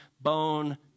bone